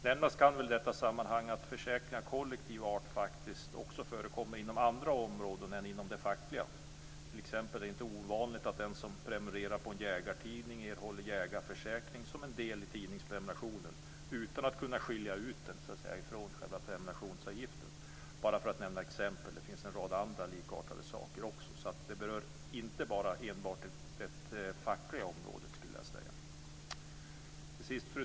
Nämnas kan i detta sammanhang att försäkringar av kollektiv art faktiskt förekommer inom andra områden än inom det fackliga området. Det är inte ovanligt att den som prenumererar på en jägartidning erhåller jägarförsäkring som en del av tidningsprenumerationen utan att man kan skilja ut den från prenumerationsavgiften - bara för att nämna ett exempel. Det finns en rad andra exempel på kollektiva försäkringar, så de berör inte enbart det fackliga området. Fru talman!